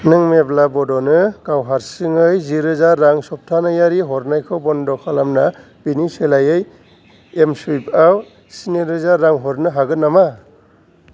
नों मेब्ला बड'नो गाव हारसिङै जिरोजा रां सप्तानैयारि हरनायखौ बन्द' खालामना बेनि सोलायै एमस्वुइफआव स्निरोजा रां हरनो हागोन नामा